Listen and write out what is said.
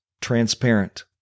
transparent